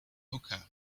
hookah